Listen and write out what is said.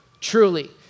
truly